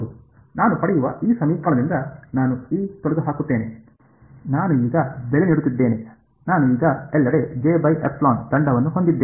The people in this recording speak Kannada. ನಾನು ಪಡೆಯುವ ಈ ಸಮೀಕರಣದಿಂದ ನಾನು ತೊಡೆದುಹಾಕುತ್ತೇನೆ ನಾನು ಈಗ ಬೆಲೆ ನೀಡುತ್ತಿದ್ದೇನೆ ನಾನು ಈಗ ಎಲ್ಲೆಡೆ ದಂಡವನ್ನು ಹೊಂದಿದ್ದೇನೆ